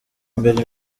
imbere